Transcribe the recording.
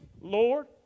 Lord